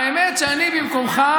האמת היא שאני במקומך,